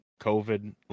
COVID